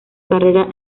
carrera